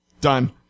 Done